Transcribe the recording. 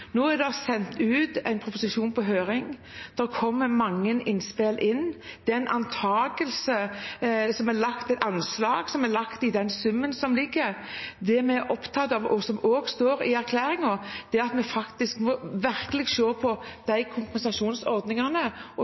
Nå er det sendt ut en proposisjon på høring. Det kommer mange innspill. Den summen som foreligger, er et anslag. Det vi er opptatt av, og som også står i erklæringen, er at vi må se på kompensasjonsordningene og